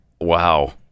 Wow